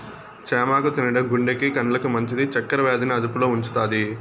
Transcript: చామాకు తినడం గుండెకు, కండ్లకు మంచిది, చక్కర వ్యాధి ని అదుపులో ఉంచుతాది